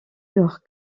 york